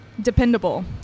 dependable